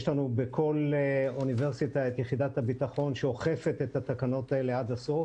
יש לנו בכל אוניברסיטה את יחידת הביטחון שאוכפת את התקנות האלה עד הסוף: